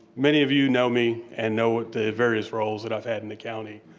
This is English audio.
many of you know me, and know what the various roles that i've had in the county.